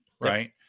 Right